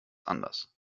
anders